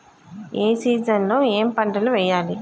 ఏ season లో ఏం పంటలు వెయ్యాలి?